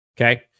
Okay